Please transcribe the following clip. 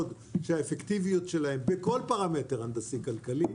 שהאפקטיביות שלהם בכל פרמטר הנדסי-כלכלי,